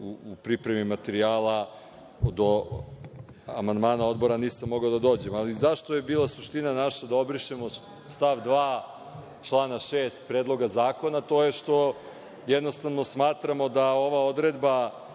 u pripremi materijala do amandmana Odbora nisam mogao da dođem. Ali, zašto je bila suština naša da obrišemo stav 2. člana 6. Predloga zakona? To je što jednostavno smatramo da ova odredba